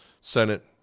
Senate